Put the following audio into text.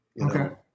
Okay